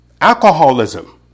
Alcoholism